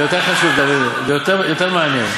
זה יותר חשוב, זה יותר מעניין.